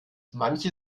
manche